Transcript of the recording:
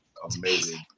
Amazing